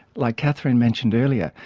like katherine mentioned earlier,